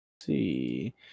see